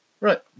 Right